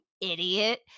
idiot